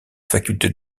faculté